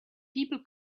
people